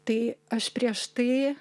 tai aš prieš tai